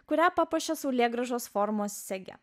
kurią papuošė saulėgrąžos formos sege